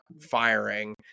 firing